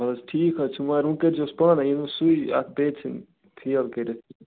ادٕ حظ ٹھیک حظ چھُ مگر وۄنۍ کٔر زِہوس پانَے یِنہٕ وۄنۍ سُے اتھ بیٚیہِ ژھٕنہِ فیل کٔرِتھ